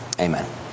Amen